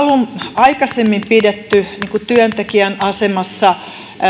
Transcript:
aikaisemmin pidetty työntekijän asemassa